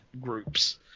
groups